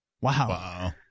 Wow